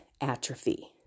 atrophy